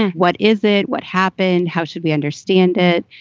what is it? what happened? how should we understand it?